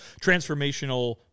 transformational